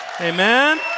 Amen